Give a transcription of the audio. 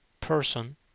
person